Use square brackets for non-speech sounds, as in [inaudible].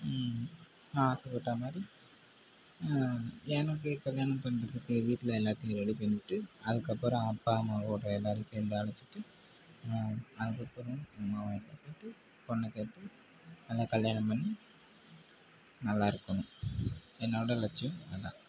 நான் ஆசைப்பட்டால் மாதிரி எனக்கு கல்யாணம் பண்ணுறதுக்கு வீட்டில் எல்லாத்தேயும் ரெடி பண்ணிவிட்டு அதுக்கப்புறம் அப்பா அம்மாவோட எல்லோரும் சேர்ந்து அழைச்சிட்டு அதுக்கு அப்புறம் [unintelligible] பொண்ணு கேட்டு நல்லா கல்யாணம் பண்ணி நல்லா இருக்கணும் என்னோடய லட்சியம் அதுதான்